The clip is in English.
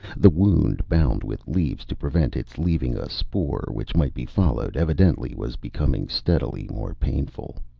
the wound, bound with leaves to prevent its leaving a spoor which might be followed, evidently was becoming steadily more painful.